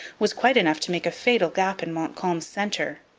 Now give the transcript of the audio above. was quite enough to make a fatal gap in montcalm's centre.